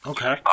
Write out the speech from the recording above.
Okay